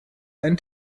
ein